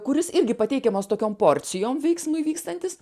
kuris irgi pateikiamas tokiom porcijom veiksmui vykstantis